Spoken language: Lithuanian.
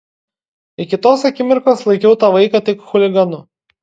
iki tos akimirkos laikiau tą vaiką tik chuliganu